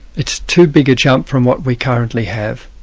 it's too big a jump from what we currently have,